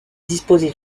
disposait